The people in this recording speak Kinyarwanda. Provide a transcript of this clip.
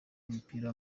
w’umupira